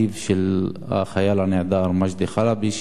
אחיו של החייל הנעדר מג'די חלבי,